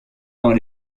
dans